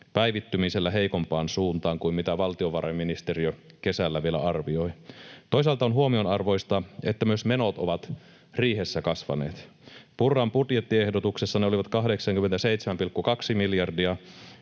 päivittymisellä heikompaan suuntaan kuin mitä valtiovarainministeriö kesällä vielä arvioi. Toisaalta on huomionarvoista, että myös menot ovat riihessä kasvaneet. Purran budjettiehdotuksessa ne olivat 87,2 miljardia,